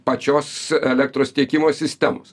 pačios elektros tiekimo sistemos